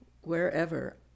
wherever